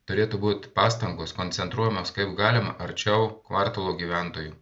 turėtų būt pastangos koncentruojamos kaip galima arčiau kvartalo gyventojų